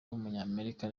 w’umunyamerika